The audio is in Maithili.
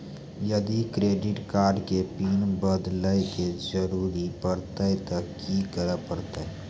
यदि क्रेडिट कार्ड के पिन बदले के जरूरी परतै ते की करे परतै?